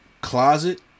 closet